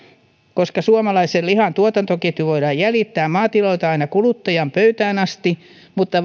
koska suomalaisen lihan tuotantoketju voidaan jäljittää maatiloilta aina kuluttajan pöytään asti mutta